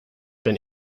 been